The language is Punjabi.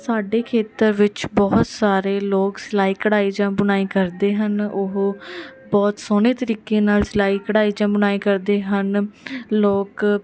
ਸਾਡੇ ਖੇਤਰ ਵਿੱਚ ਬਹੁਤ ਸਾਰੇ ਲੋਕ ਸਿਲਾਈ ਕਢਾਈ ਜਾਂ ਬੁਣਾਈ ਕਰਦੇ ਹਨ ਉਹ ਬਹੁਤ ਸੋਹਣੇ ਤਰੀਕੇ ਨਾਲ ਸਿਲਾਈ ਕਢਾਈ ਜਾਂ ਬੁਣਾਈ ਕਰਦੇ ਹਨ ਲੋਕ